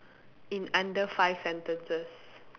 in under five sentences